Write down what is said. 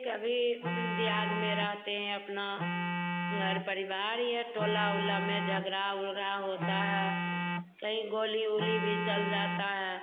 कभी दिहाद में रहते हैं अपना घर परिवार या टोला ओला में झगरा ओगरा होता है कहीं गोली ओली भी चल जाता है